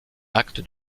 acte